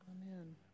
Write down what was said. Amen